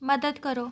ਮੱਦਦ ਕਰੋ